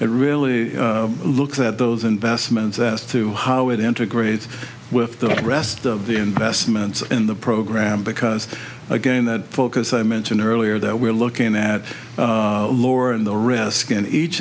to really look at those investments as to how it integrates with the rest of the investment in the program because again that focus i mentioned earlier that we're looking at lauren the risk in each